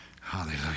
Hallelujah